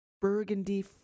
burgundy